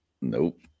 Nope